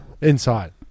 Inside